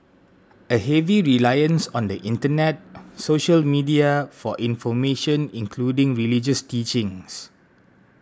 a heavy reliance on the Internet social media for information including religious teachings